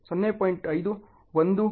ಈಗ ಇದು 0